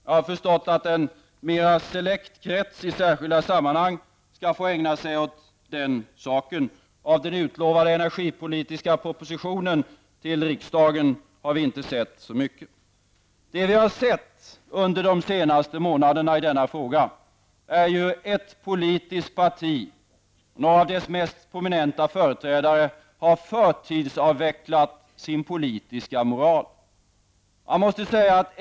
Jag har förstått att en mera selekt krets i särskilda sammanhang skall få ägna sig åt den saken. Av den utlovade energipolitiska propositionen till riksdagen har vi inte sett så mycket. Det vi under de senaste månaderna har sett i denna fråga är hur ett politiskt parti, några av dess mest prominenta företrädare, har förtidsavvecklat sin politiska moral.